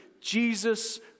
Jesus